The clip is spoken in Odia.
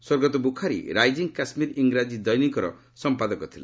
ସ୍ୱର୍ଗତ ବୁଖାରୀ ରାଇଜିଂ କାଶ୍ମୀର ଇଂରାଜୀ ଦୈନିକର ସମ୍ପାଦକ ଥିଲେ